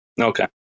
Okay